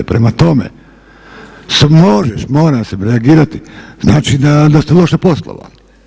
Prema tome, … [[Upadica se ne čuje.]] može, mora se reagirati, znači da ste loše poslovali.